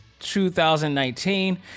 2019